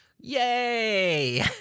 Yay